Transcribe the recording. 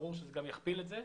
ברור שזה יכפיל את מספר הפניות,